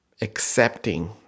accepting